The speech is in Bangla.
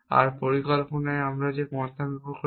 আর পরিকল্পনায় আমরা যে পন্থা ব্যবহার করি